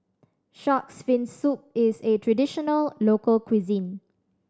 Shark's Fin Soup is a traditional local cuisine